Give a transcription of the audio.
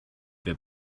wer